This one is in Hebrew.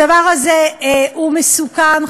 הדבר הזה הוא מסוכן,